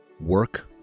work